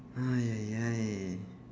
ha !yay! ya !yay!